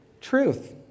truth